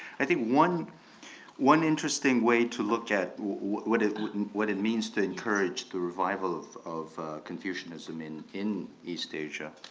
i think one one interesting way to look at what it what it means to encourage the revival of of confucianism in in east asia.